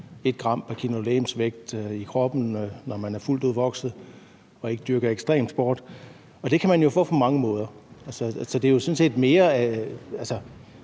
1 g pr. kilo legemsvægt, når man er fuldt udvokset og ikke dyrker ekstremsport, og det kan man jo få på mange måder. Hvad er det, man